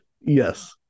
Yes